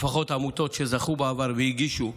לפחות לעמותות שזכו בעבר והגישו,